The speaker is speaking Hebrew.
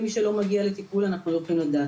על מי שלא מגיע לטיפול אנחנו לא יכולים לדעת.